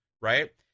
right